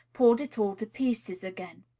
pulled it all to pieces again.